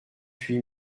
huit